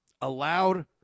allowed